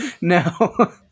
No